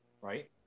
right